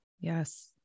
Yes